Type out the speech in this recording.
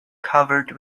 covered